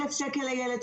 1,000 שקל לילד,